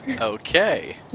Okay